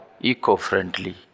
eco-friendly